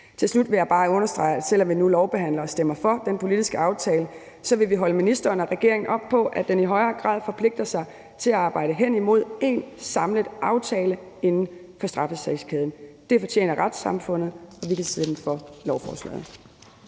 Til slut vil jeg bare understrege, at selv om vi nu lovbehandler og stemmer for den politiske aftale, vil vi holde ministeren og regeringen op på, at den i højere grad forpligter sig til at arbejde hen imod én samlet aftale inden for straffesagskæden, for det fortjener retssamfundet. Vi kan stemme for lovforslaget.